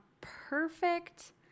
perfect